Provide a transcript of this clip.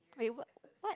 wait what what